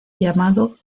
llamado